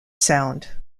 sound